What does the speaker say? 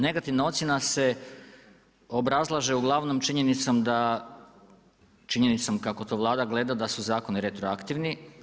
Negativna ocjena se obrazlaže uglavnom činjenicom da, činjenicom kako to Vlada gleda da su zakoni retroaktivni.